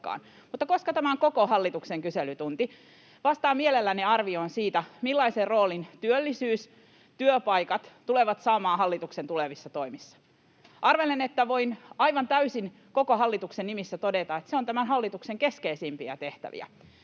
Mutta koska tämä on koko hallituksen kyselytunti, vastaan mielelläni arvion siitä, millaisen roolin työllisyys, työpaikat tulevat saamaan hallituksen tulevissa toimissa. Arvelen, että voin aivan täysin koko hallituksen nimissä todeta, että se on tämän hallituksen keskeisimpiä tehtäviä.